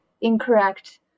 incorrect